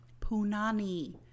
Punani